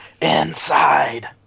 inside